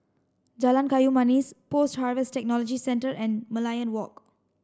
Jalan Kayu Manis Post Harvest Technology Centre and Merlion Walk